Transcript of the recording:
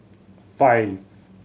five